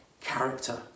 character